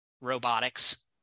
robotics